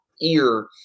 ear